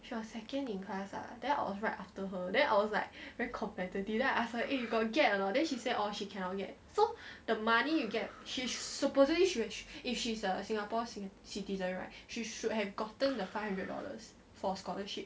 if you are second in class lah then alright after her then I was like very competitive then I ask her if you gotta get a law then she said oh she cannot get so the money you get huge supposedly which issues a singapore citizen right she should have gotten the five hundred dollars for scholarship